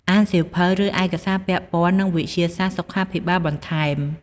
អានសៀវភៅ ឬឯកសារពាក់ព័ន្ធនឹងវិទ្យាសាស្ត្រសុខាភិបាលបន្ថែម។